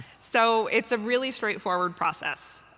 so it's a really straightforward process.